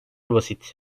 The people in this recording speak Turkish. basit